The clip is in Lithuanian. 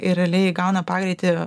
ir realiai įgauna pagreitį